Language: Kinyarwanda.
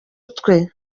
utwe